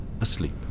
asleep